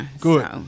good